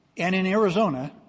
and in arizona,